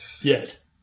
Yes